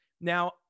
Now